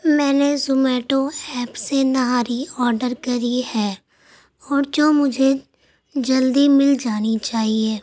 میں نے Zomato app سے نہاری آڈر کری ہے اور جو مجھے جلدی مل جانی چاہیے